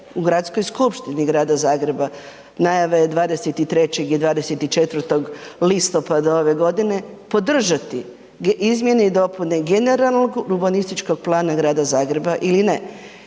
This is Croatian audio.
u Gradskoj skupštini Grada Zagreba, najava je 23. i 24. listopada ove godine podržati izmjene i dopune generalnog urbanističkog plana Grada Zagreba ili ne.